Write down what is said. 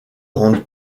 rendre